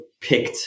picked